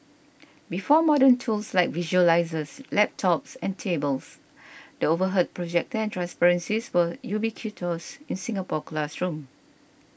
before modern tools like visualisers laptops and tablets the overhead projector and transparencies were ubiquitous in Singapore classroom